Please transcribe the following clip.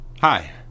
Hi